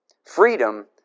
Freedom